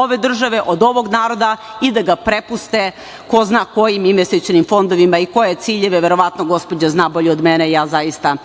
ove države od ovog naroda i da ga prepuste ko zna kojim investicionim fondovima i koje ciljeve, verovatno gospođa zna bolje od mene, ja zaista